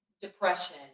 depression